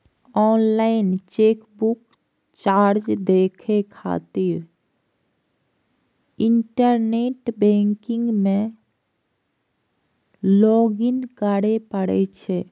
online chequebook charge देखै खातिर internet banking मे लॉग इन करै पड़ै छै